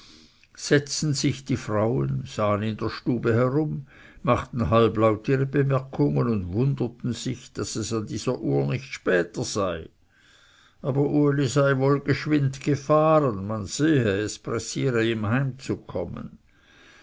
setzten sich die frauen sahen in der stube herum machten halblaut ihre bemerkungen und wunderten sich daß es an dieser uhr nicht später sei aber uli sei wohl geschwind gefahren man sehe es pressiere ihm hinzukommen